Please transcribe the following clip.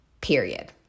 Period